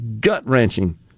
gut-wrenching